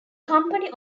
company